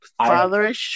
Fatherish